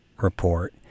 report